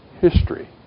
history